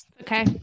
Okay